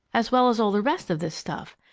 as well as all the rest of this stuff,